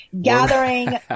gathering